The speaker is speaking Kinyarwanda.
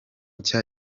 nshya